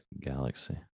Galaxy